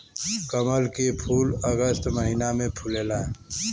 कमल के फूल अगस्त महिना में फुलला